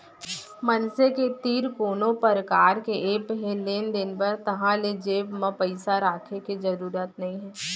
मनसे के तीर कोनो परकार के ऐप हे लेन देन बर ताहाँले जेब म पइसा राखे के जरूरत नइ हे